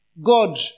God